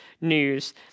news